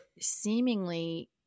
seemingly